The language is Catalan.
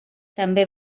també